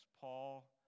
paul